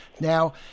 Now